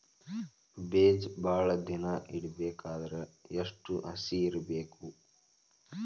ಬೇಜ ಭಾಳ ದಿನ ಇಡಬೇಕಾದರ ಎಷ್ಟು ಹಸಿ ಇರಬೇಕು?